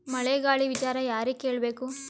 ಮಳೆ ಗಾಳಿ ವಿಚಾರ ಯಾರಿಗೆ ಕೇಳ್ ಬೇಕು?